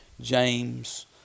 James